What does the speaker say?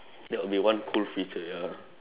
that will be one cool feature ya